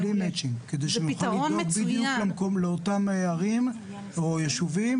כדי שנוכל לדאוג בדיוק לאותן ערים או ישובים